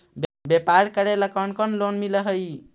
व्यापार करेला कौन कौन लोन मिल हइ?